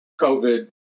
COVID